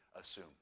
assume